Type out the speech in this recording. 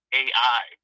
ai